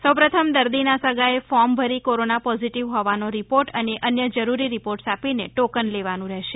સૌ પ્રથમ દર્દીના સગાએ ફોર્મ ભરી કોરોના પોઝિટિવ હોવાનો રિપોર્ટ અને અન્ય જરૂરી રિપોર્ટ્સ આપીને ટોકન લેવાનું રહેશે